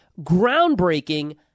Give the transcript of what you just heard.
groundbreaking